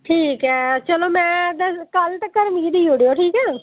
ठीक ऐ चलो में कल तक्कर मिगी देई ओड़ेओ ठीक ऐ